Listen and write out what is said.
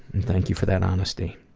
and thank you for that honesty.